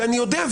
ואני יודע,